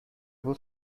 بود